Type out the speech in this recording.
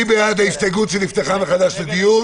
מי בעד ההסתייגות שנפתחה מחדש לדיון?